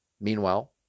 Meanwhile